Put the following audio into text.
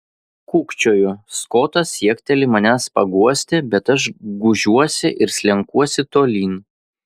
kūkčioju skotas siekteli manęs paguosti bet aš gūžiuosi ir slenkuosi tolyn